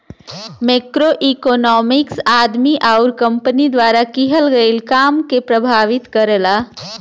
macroeconomics आदमी आउर company द्वारा किहल गयल काम के प्रभावित करला